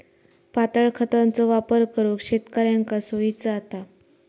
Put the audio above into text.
पातळ खतांचो वापर करुक शेतकऱ्यांका सोयीचा जाता